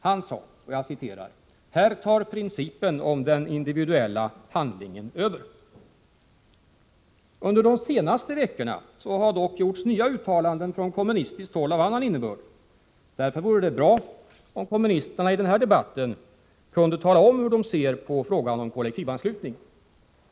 Han sade: ”Här tar principen om den individuella handlingen över.” Under de senaste veckorna har dock gjorts nya uttalanden från kommunistiskt håll av annan innebörd. Därför vore det bra om kommunisterna i den här debatten kunde tala om hur de ser på frågan om kollektivanslutningen.